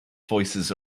voices